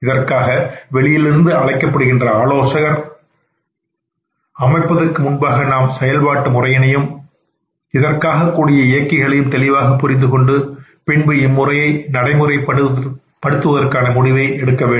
இதற்காக வெளியிலிருந்து அழைக்கப்படுகின்ற ஆலோசகர் அமைப்பதற்கு முன்பாக நாம் செயல்பாட்டு முறையினையும் இதற்காகக்கூடிய இயக்கிகளையும் தெளிவாக புரிந்துகொண்டு பின்பு இம்முறையை நடைமுறைப்படுத்துவதற்கான முடிவை எடுக்க வேண்டும்